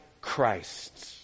Christ